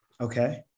Okay